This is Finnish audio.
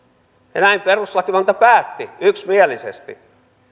ja näin perustuslakivaliokunta päätti yksimielisesti